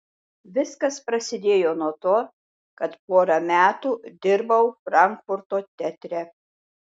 viskas prasidėjo nuo to kad porą metų dirbau frankfurto teatre